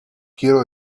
quiero